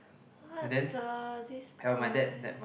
what the this boy